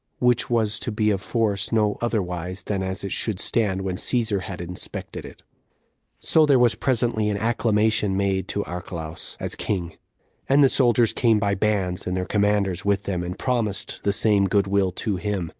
which was to be of force no otherwise than as it should stand when caesar had inspected it so there was presently an acclamation made to archelaus, as king and the soldiers came by bands, and their commanders with them, and promised the same good-will to him,